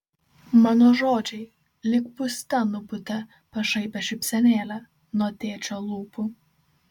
mano žodžiai lyg pūste nupūtė pašaipią šypsenėlę nuo tėčio lūpų